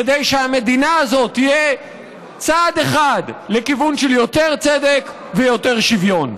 כדי שהמדינה הזאת תהיה צעד אחד לכיוון של יותר צדק ויותר שוויון.